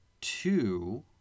two